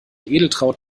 edeltraud